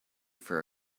for